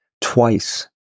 twice